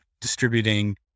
distributing